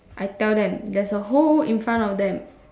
I tell them there's a hole in front of them